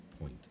point